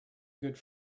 good